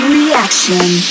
reaction